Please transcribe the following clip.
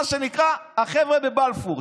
מה שנקרא, החבר'ה בבלפור.